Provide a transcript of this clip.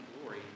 glory